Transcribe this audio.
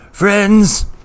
Friends